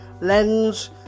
lens